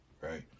right